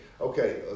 Okay